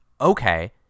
okay